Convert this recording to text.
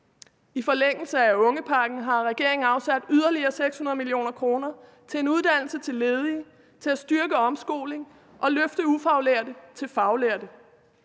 I forlængelse af ungepakken har regeringen afsat yderligere 600 mio. kr. til uddannelse til ledige, til at styrke omskoling og løfte ufaglærte til faglærte.